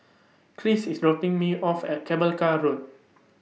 Kris IS dropping Me off At Cable Car Road